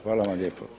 Hvala vam lijepo.